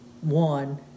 one